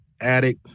Attic